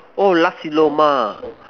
oh Nasi-Lemak